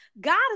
god